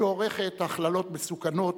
שעורכת הכללות מסוכנות,